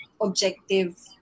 objective